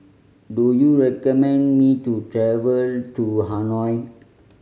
do you recommend me to travel to Hanoi